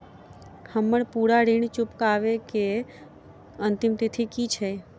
हम्मर पूरा ऋण चुकाबै केँ अंतिम तिथि की छै?